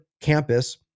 campus